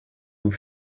vous